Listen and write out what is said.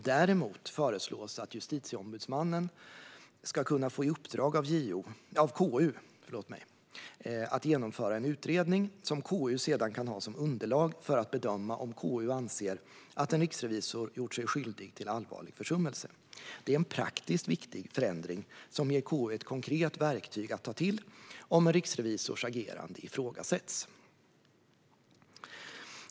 Däremot föreslås att Justitieombudsmannen ska kunna få i uppdrag av KU att genomföra en utredning, som KU sedan kan ha som underlag för att bedöma om KU anser att en riksrevisor gjort sig skyldig till allvarlig försummelse. Det är en praktiskt viktig förändring som ger KU ett konkret verktyg att ta till om en riksrevisors agerande ifrågasätts.